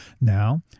Now